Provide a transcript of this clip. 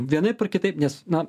vienaip ar kitaip nes na